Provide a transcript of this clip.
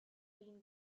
been